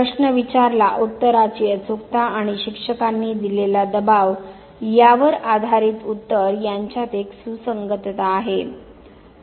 प्रश्न विचारला उत्तराची अचूकता आणि शिक्षकांनी दिलेला दबाव यावर आधारित उत्तर यांच्यात एक सुसंगतता आहे